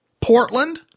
Portland